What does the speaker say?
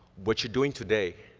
what you're doing today,